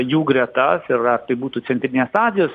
jų gretas ir ar tai būtų centrinės azijos